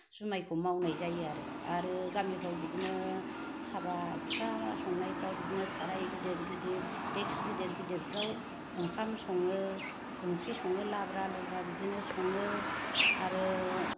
जुमायखौ मावनाय जायो आरो आरो गामिफ्राव बिदिनो हाबा हुखा संनायफ्राव बिदिनो साराय गिदिर गिदिर देक्सि गिदिर गिदिरफ्राव ओंखाम सङो ओंख्रि सङो लाब्रा लुब्रा बिदिनो सङो आरो